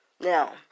Now